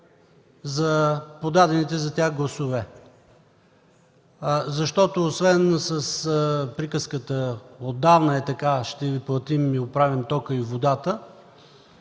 за подадените за тях гласове, защото освен с приказката, отдавна е така – „Ще Ви платим и оправим тока и водата”,